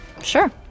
sure